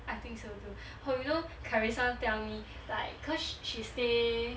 I think so too oh you know carrissa tell me cause she stay